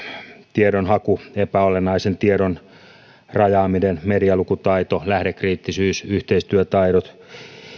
tiedon haku epäolennaisen tiedon rajaaminen medialukutaito lähdekriittisyys yhteistyötaidot